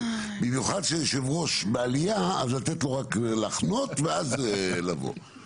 במיוחד כשיושב הראש בעלייה אז לתת לו רק לחנות ואז לבוא.